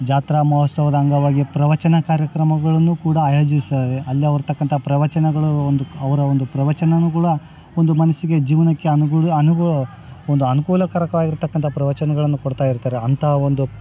ಜಾತ್ರಾ ಮಹೋತ್ಸವದ ಅಂಗವಾಗಿ ಪ್ರವಚನ ಕಾರ್ಯಕ್ರಮಗಳನ್ನು ಕೂಡ ಆಯೋಜಿಸಿ ಅಲ್ಲವೆ ಇರ್ತಕ್ಕಂಥ ಪ್ರವಚನಗಳು ಒಂದು ಅವರ ಒಂದು ಪ್ರವಚನನುಗಳು ಒಂದು ಮನಸ್ಸಿಗೆ ಜೀವನಕ್ಕೆ ಅನುಗುಳ ಅನುಗುಳ ಒಂದು ಅನುಕೂಲಕಾರಕವಾಗಿರ್ತಕ್ಕಂಥ ಪ್ರವಚನಗಳನ್ನು ಕೊಡ್ತಾಯಿರ್ತಾರೆ ಅಂಥ ಒಂದು